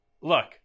Look